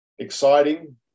Exciting